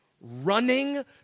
running